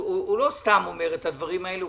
הוא לא סתם אומר את הדברים האלה,